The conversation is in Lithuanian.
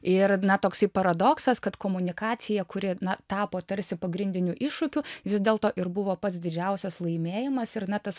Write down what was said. ir na toksai paradoksas kad komunikacija kuri na tapo tarsi pagrindiniu iššūkiu vis dėlto ir buvo pats didžiausias laimėjimas ir na tas